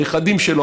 הנכדים שלו,